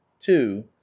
Two